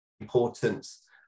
importance